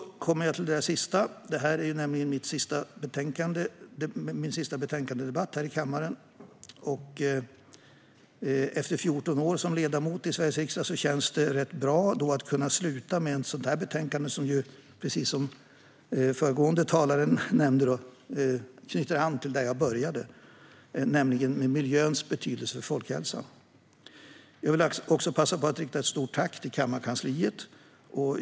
Detta är min sista debatt om betänkanden här i kammaren. Efter 14 år som ledamot i Sveriges riksdag känns det rätt bra att kunna sluta med en debatt om ett sådant här betänkande som, precis som föregående talare nämnde, knyter an till det som jag började med, nämligen miljöns betydelse för folkhälsan. Jag vill också passa på att rikta ett stort tack till kammarkansliet.